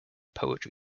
poetry